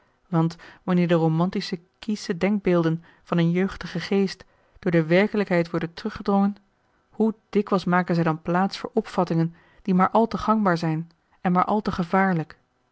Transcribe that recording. want wanneer de romantische kiesche denkbeelden van een jeugdigen geest door de werkelijkheid worden teruggedrongen hoe dikwijls maken zij dan plaats voor opvattingen die maar al te gangbaar zijn en maar al te gevaarlijk